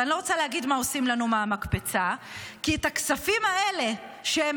ואני לא רוצה להגיד מה עושים לנו מהמקפצה כי את הכספים האלה שהם